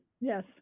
Yes